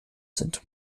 sind